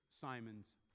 Simon's